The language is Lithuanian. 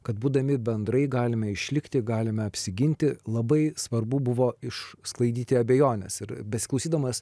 kad būdami bendrai galime išlikti galime apsiginti labai svarbu buvo iš sklaidyti abejones ir besiklausydamas